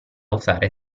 usare